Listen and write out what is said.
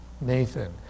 Nathan